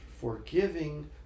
forgiving